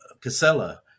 Casella